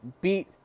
beat